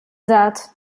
that